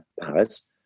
Paris